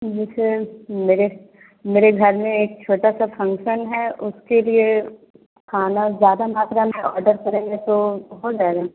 जैसे मेरे मेरे घर में एक छोटा सा फंक्सन है उसके लिए खाना ज़्यादा मात्रा में ऑडर करेंगे तो हो जाएगा न